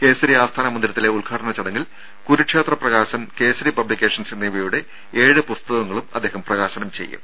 കേസരി ആസ്ഥാന മന്ദിരത്തിലെ ഉദ്ഘാടന ചടങ്ങിൽ കുരുക്ഷേത്ര പ്രകാശൻ കേസരി പബ്ലിക്കേഷൻസ് എന്നിവയുടെ ഏഴു പുസ്തകങ്ങളും അദ്ദേഹം പ്രകാശനം ചെയ്യും